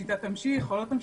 אם "שיטה" תמשיך או לא תמשיך.